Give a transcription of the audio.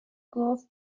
گفت